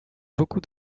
beaucoup